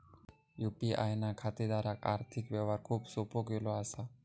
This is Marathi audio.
यू.पी.आय ना खातेदारांक आर्थिक व्यवहार खूप सोपो केलो असा